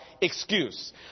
excuse